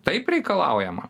taip reikalaujama